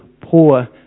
poor